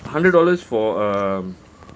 hundred dollars for um